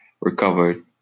recovered